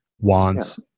wants